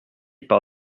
par